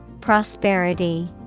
Prosperity